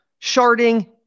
sharding